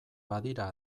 badira